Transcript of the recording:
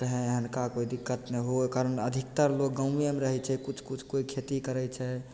कहीं एहनका कोइ दिक्कत नहि हो ओइ कारण अधिकतर लोग गाँवेमे रहय छै किछु किछु कोइ खेती करय छै